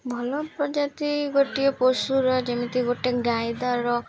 ଭଲ ପ୍ରଜାତି ଗୋଟିଏ ପଶୁର ଯେମିତି ଗୋଟେ ଗାଈ ଦର